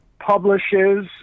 publishes